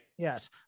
Yes